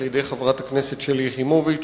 על-ידי חברת הכנסת שלי יחימוביץ,